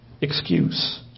excuse